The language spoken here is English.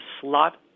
slot